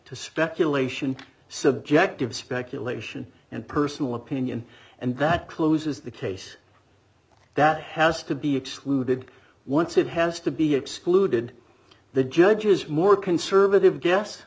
to speculation subjective speculation and personal opinion and that closes the case that has to be excluded once it has to be excluded the judge is more conservative g